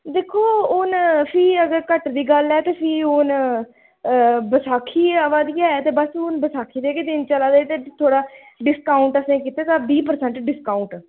दिक्खो हून फ्ही अगर घट्ट दी गल्ल ऐ ते फ्ही हून बसाखी आवै दी ऐ ते बस हून बसाखी दे गै दिन चला दे ते थोह्ड़ा डिस्काऊंट असें ई कीते दा बीह् परसैंट डिस्काऊंट